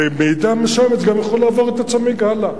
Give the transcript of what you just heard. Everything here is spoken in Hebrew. במידה מסוימת, זה יכול לעבור את הצמיג הלאה.